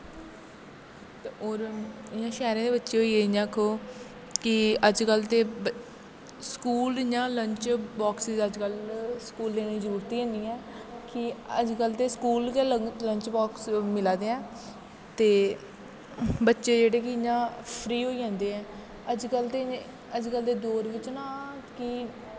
ते होर इ'यां शैह्रें दे बच्चे होई गे इ'यां आक्खो कि अज्ज कल दे स्कूल इ'यां लंच बाक्स च अज्ज कल स्कूलें दी जरूरत गै निं ऐ कि अज्ज कल ते स्कूल गै लंच बाक्स मिला दे ऐ ते बच्चे जेह्ड़े कि इ'यां फ्री होई जंदे ऐ अज्ज कल दे अज्ज कल दे दौर बिच्च ना